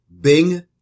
Bing